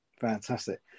Fantastic